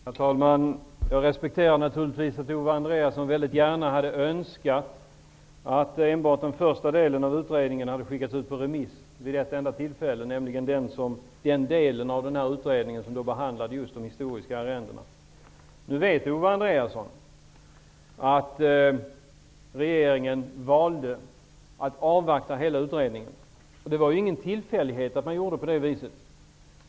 Herr talman! Jag respekterar naturligtvis att Owe Andréasson hade önskat att enbart den del av utredningen som behandlade just de historiska arrendena hade skickats ut på remiss. Owe Andréasson vet att regeringen valde att avvakta till dess att hela utredningen var klar. Det var ingen tillfällighet att man gjorde så.